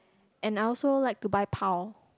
and I also like to buy pau